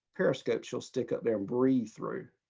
periscope she'll stick up there and breathe through.